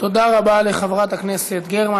תודה רבה לחברת הכנסת גרמן.